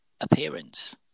appearance